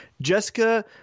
jessica